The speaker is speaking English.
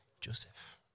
Joseph